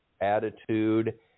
attitude